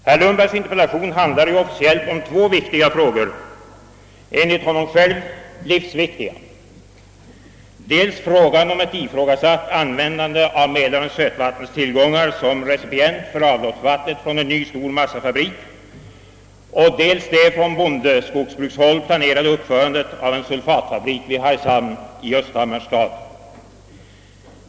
Herr Lundbergs interpellation handlar officiellt om två viktiga spörsmål, enligt honom själv livsviktiga: dels frågan om ett ifrågasatt användande av Mälarens sötvattentillgångar som recipient för avloppsvattnet från en ny stor massafabrik, dels frågan om det från bondeskogsbrukshåll planerade uppförandet av en sulfatfabrik vid Hargshamn i Östhammars stad.